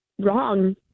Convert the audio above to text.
wrong